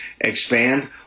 expand